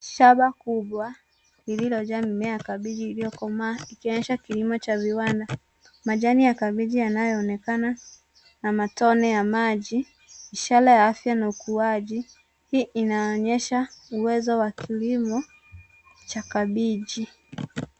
Shamba kubwa iliyojaa mimea ya kabeji iliyokomaa ikionyesha kilimo cha viwanda. Majanii ya kabeji yanayoonekana na matone ya maji ni ishara ya afya na ukuajii. hii inaonyesha uwezo wa kilimo cha kabeji.